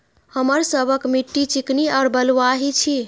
हमर सबक मिट्टी चिकनी और बलुयाही छी?